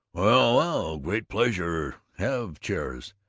well, well, great pleasure, have chairs,